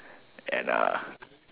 and